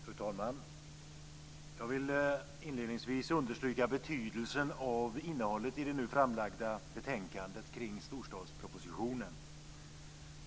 Fru talman! Jag vill inledningsvis understryka betydelsen av innehållet i det nu framlagda betänkandet om storstadspropositionen.